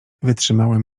wytrzymałem